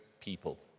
people